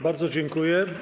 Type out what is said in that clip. Bardzo dziękuję.